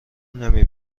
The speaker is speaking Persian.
نمی